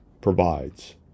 provides